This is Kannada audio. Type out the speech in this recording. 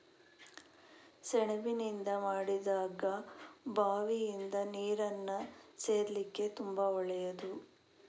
ಸೆಣಬಿನಿಂದ ಮಾಡಿದ ಹಗ್ಗ ಬಾವಿಯಿಂದ ನೀರನ್ನ ಸೇದ್ಲಿಕ್ಕೆ ತುಂಬಾ ಒಳ್ಳೆಯದು